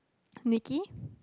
Nikki